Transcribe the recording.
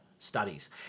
Studies